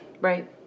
Right